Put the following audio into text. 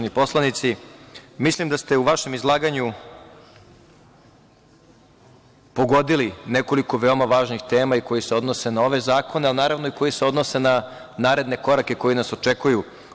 Mislim da ste u vašem izlaganju pogodili nekoliko veoma važnih tema i koje se odnose na ove zakone, a i koji se odnose na naredne korake koji nas očekuju.